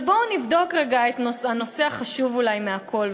אבל בואו נבדוק רגע את הנושא החשוב אולי מכול,